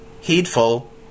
heedful